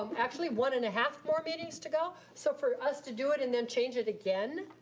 um actually one and a half more meetings to go, so for us to do it and then change it again,